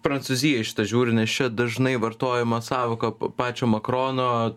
prancūzija į šitą žiūri nes čia dažnai vartojama sąvoka pačio makrono